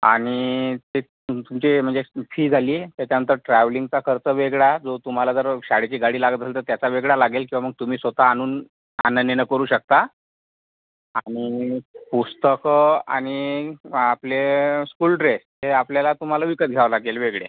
आणि ते तुम तुमचे म्हणजे फी झाली त्याच्यानंतर ट्रॅवलिंगचा खर्च वेगळा जो तुम्हाला जर शाळेची गाडी लागत असेल तर त्याचा वेगळा लागेल किंवा मग तुम्ही स्वत आणून आणनं नेणं करू शकता आणि पुस्तकं आणि आपले स्कूल ड्रेस हे आपल्याला तुम्हाला विकत घ्यावं लागेल वेगळे